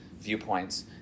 viewpoints